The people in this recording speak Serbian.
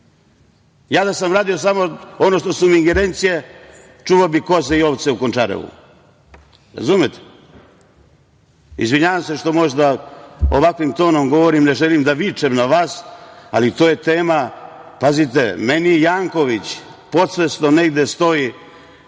da sam radio samo ono što su mi ingerencije, čuvao bih koze i ovce u Končarevu. Izvinjavam se što ovakvim tonom govorim. Ne želim da vičem na vas, ali to je tema. Meni Janković podsvesno negde stoji